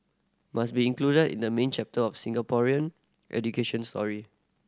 must be included in the main chapter of Singaporean education story